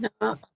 No